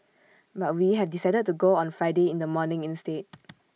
but we have decided to go on Friday in the morning instead